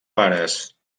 pares